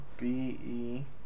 b-e